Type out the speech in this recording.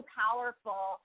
powerful